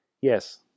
Yes